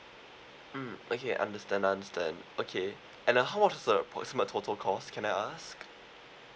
mm okay understand understand okay and uh how was the approximate total cost can I ask